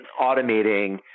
automating